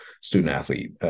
student-athlete